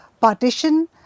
partition